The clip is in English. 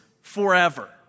forever